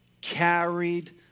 carried